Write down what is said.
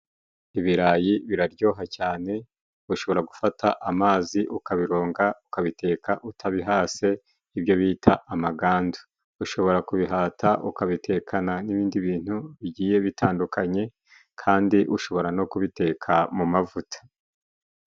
Ibirayi biraryoha cyane ushobora gufata amazi, ukabironga ukabiteka utabihase, ibyo bita amaganda. Ushobora kubihata ukabitekana n'ibindi bintu, bigiye bitandukanye. Kandi ushobora no kubiteka mu mavuta.